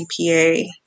EPA